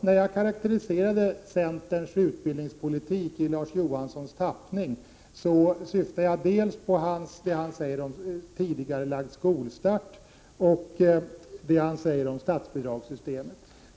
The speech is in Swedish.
När jag karakteriserade centerns utbildningspolitik i Larz Johanssons tappning, syftade jag dels på det han säger om tidigarelagd skolstart, dels på det han säger om statsbidragssystemet.